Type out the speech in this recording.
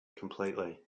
completely